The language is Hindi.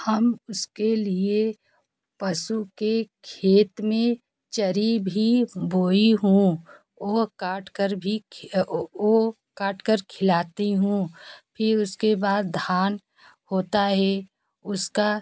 हम उसके लिए पशु के खेत में चरी भी बोई हूँ वो काट कर भी वो काट कर खिलाती हूँ फिर उसके बाद धान होता है उसका